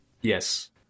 Yes